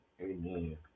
Amen